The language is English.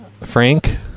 Frank